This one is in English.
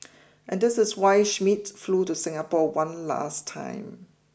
and this is why Schmidt flew to Singapore one last time